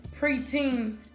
preteen